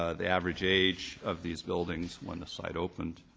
ah the average age of these buildings, when the site opened.